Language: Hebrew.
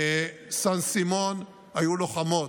בסן סימון היו לוחמות.